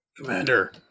Commander